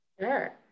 Sure